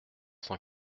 cent